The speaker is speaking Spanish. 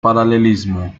paralelismo